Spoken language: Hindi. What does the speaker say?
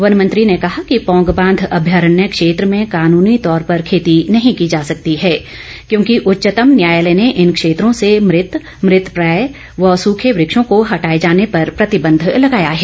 वन मंत्री ने कहा कि पौंग बांध अभ्यारण्य क्षेत्र में कानूनी तौर पर खेती नहीं की जा सकती है क्योंकि उच्चतम न्यायालय ने इन क्षेत्रों से मृत मृतप्रायः व सूखे वृक्षों के हटाए जाने पर प्रतिबंध लगाया है